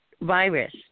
virus